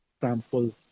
sample